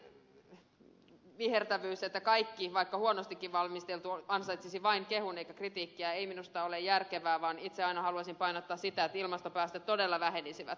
tällainen vihertävyys että kaikki vaikka huonostikin valmisteltu ansaitsisi vain kehun eikä kritiikkiä ei minusta ole järkevää vaan itse aina haluaisin painottaa sitä että ilmastopäästöt todella vähenisivät